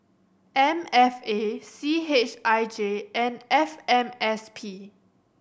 M F A C H I J and F M S P